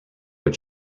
but